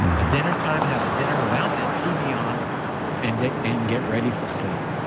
ah dinner time, have a dinner without that tv on and get and get ready for sleep.